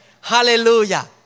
Hallelujah